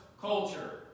culture